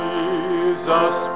Jesus